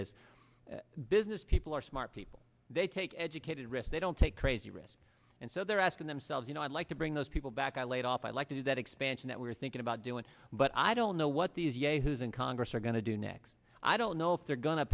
see as business people are smart people they take educated risk they don't take crazy risks and so they're asking themselves you know i'd like to bring those people back i laid off i'd like to do that expansion that we're thinking about doing but i don't know what these yahoos in congress are going to do next i don't know if they're go